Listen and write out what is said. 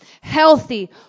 healthy